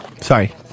Sorry